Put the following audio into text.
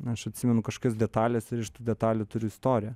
aš atsimenu kažkokias detales ir iš tų detalių turiu istoriją